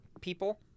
people